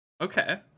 okay